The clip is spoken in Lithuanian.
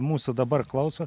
mūsų dabar klauso